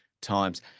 times